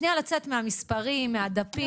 שנייה לצאת מהמספרים, מהדפים.